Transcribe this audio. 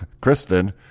Kristen